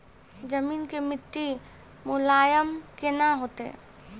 जमीन के मिट्टी मुलायम केना होतै?